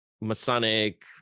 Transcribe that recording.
Masonic